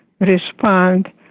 respond